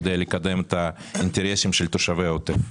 כדי לקדם את האינטרסים של תושבי העוטף.